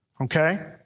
okay